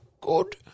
good